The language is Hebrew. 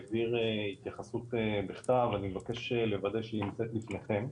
העביר התייחסות בכתב אני מבקש לוודא שהיא נמצאת לפניכם.